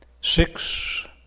six